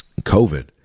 COVID